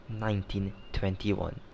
1921